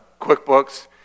QuickBooks